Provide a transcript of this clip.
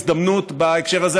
הזדמנות בהקשר הזה,